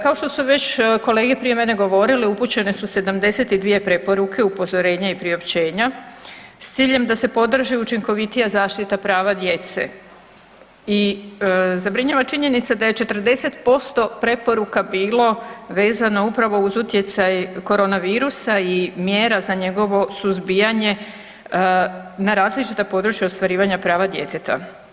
Kao što su već kolege prije mene govorile upućene su 72 preporuke, upozorenja i priopćenja s ciljem da se podrži učinkovitija zaštita prava djece i zabrinjava činjenica da je 40% preporuka bilo vezano upravo uz utjecaj korona virusa i mjera za njegovo suzbijanje na različita područja ostvarivanja prava djeteta.